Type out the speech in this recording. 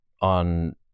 on